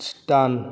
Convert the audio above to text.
दान